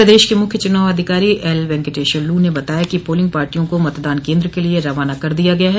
प्रदेश के मुख्य चुनाव अधिकारी एल वेंकटेश्वर लू ने बताया कि पोलिंग पार्टियों को मतदान केन्द्रों के लिये रवाना कर दिया गया है